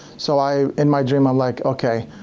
so i in my dream i'm like, okay,